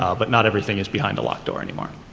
ah but not everything is behind a locked door any more.